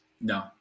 No